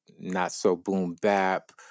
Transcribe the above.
not-so-boom-bap